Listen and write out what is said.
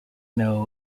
know